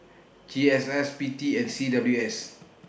G S S P T and C W S